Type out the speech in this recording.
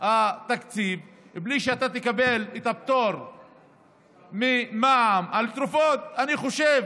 התקציב בלי שאתה תקבל את הפטור ממע"מ על תרופות אני חושב